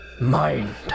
Mind